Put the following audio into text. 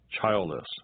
childless